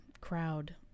crowd